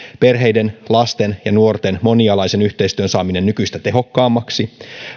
perheiden lasten ja nuorten monialaisen yhteistyön saaminen nykyistä tehokkaammaksi